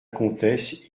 comtesse